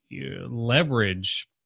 leverage